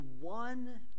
one